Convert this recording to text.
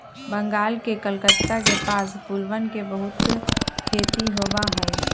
बंगाल के कलकत्ता के पास फूलवन के बहुत खेती होबा हई